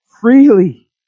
freely